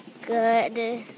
Good